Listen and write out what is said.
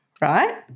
right